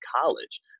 college